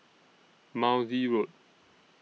Maude Road